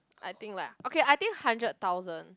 I think like okay I think hundred thousand